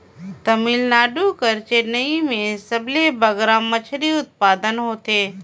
तमिलनाडु कर चेन्नई में सबले बगरा मछरी उत्पादन होथे